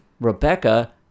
Rebecca